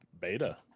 beta